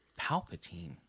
Palpatine